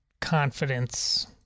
confidence